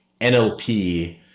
NLP